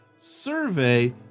Survey